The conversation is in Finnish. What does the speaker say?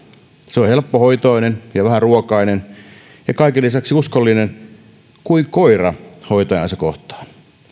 se on helppohoitoinen ja vähäruokainen ja kaiken lisäksi uskollinen kuin koira hoitajaansa kohtaan